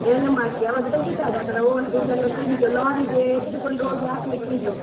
ಏಲಂ ಹಾಕಿ ಅವ್ರು ತೆಗೀತಾರೆ ಅದರ ಓನ್ ಇದೆಲ್ಲ ತೆಗೆದು ಲಾರಿಗೆ ಎತ್ತಿಕೊಂಡು ಹೋಗಿ ಹಾಕಲಿಕ್ಕೆ ಉಂಟು